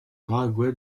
paraguay